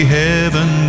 heaven